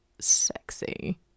sexy